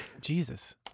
jesus